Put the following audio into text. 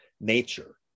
nature